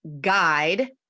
guide